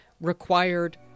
required